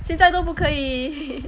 现在都不可以